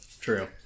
True